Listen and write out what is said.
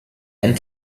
and